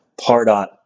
Pardot